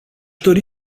dori